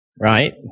Right